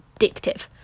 addictive